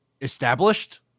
established